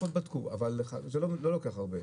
זה לא לוקח הרבה.